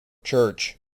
church